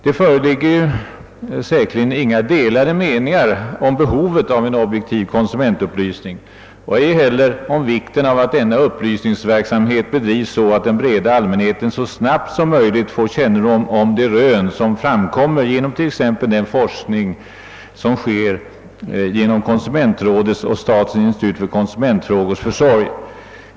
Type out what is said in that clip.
Det föreligger säkerligen inga delade meningar om behovet av en objektiv konsumentupplysning och inte heller om vikten av att denna upplysningsverksamhet bedrives så att den breda allmänheten så snabbt som möjligt får kännedom om de rön som framkommer t.ex. genom den forskning som ombesörjes av konsumentrådet och statens institut för konsumentfrågor.